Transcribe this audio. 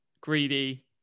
Greedy